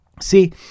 See